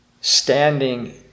standing